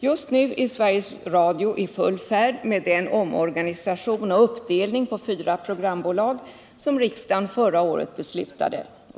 Just nu är Sveriges Radio i full färd med den omorganisation och uppdelning på fyra programbolag som riksdagen förra året beslutade.